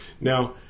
Now